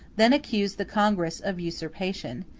then accused the congress of usurpation,